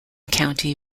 county